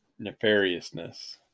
nefariousness